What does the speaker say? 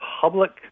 public